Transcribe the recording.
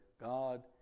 God